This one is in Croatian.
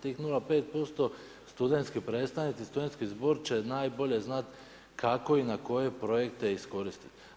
Tih 0,5% studentski predstavnici i studentski zbor će najbolje znati kako i na koje projekte iskoristiti.